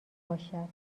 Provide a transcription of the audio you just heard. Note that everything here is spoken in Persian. باشد